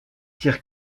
tire